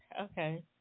Okay